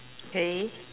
okay